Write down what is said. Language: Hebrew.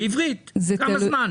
בעברית, כמה זמן?